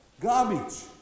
garbage